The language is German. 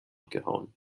gehauen